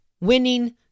winning